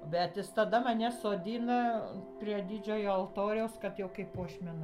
bet tada mane sodina prie didžiojo altoriaus kad jau kaip puošmena